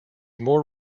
more